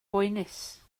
boenus